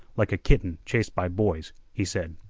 like a kitten chased by boys, he said.